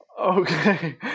Okay